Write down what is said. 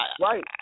right